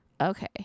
Okay